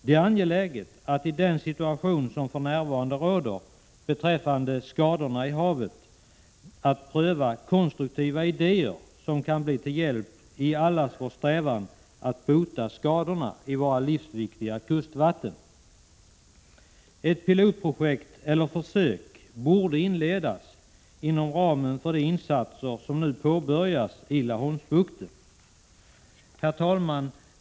Det är angeläget att i den situation som för närvarande råder beträffande skadorna i havet pröva konstruktiva idéer som kan bli till hjälp i allas vår strävan att bota skadorna i våra livsviktiga kustvatten. Ett pilotprojekt eller försök borde inledas inom ramen för de insatser som nu påbörjas i Laholmsbukten. Herr talman!